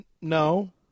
No